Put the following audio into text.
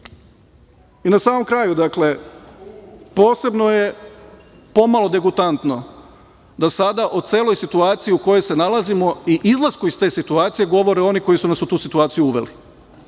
samom kraju, posebno je pomalo degutantno da sada u celoj situaciji u kojoj se nalazimo i izlasku iz te situacije govore oni koji su nas u tu situaciju uveli